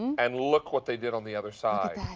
and look what they did on the other side.